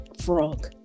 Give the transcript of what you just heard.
frog